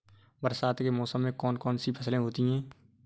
बरसात के मौसम में कौन कौन सी फसलें होती हैं?